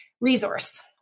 resource